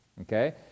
Okay